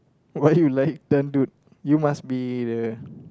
why you like dangdut you must be the